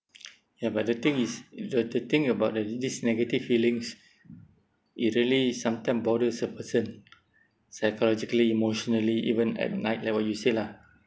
ya but the thing is the the thing about the this negative feelings it really sometime bothers a person psychologically emotionally even at night like what you said lah